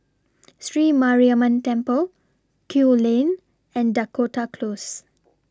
Sri Mariamman Temple Kew Lane and Dakota Close